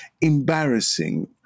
embarrassing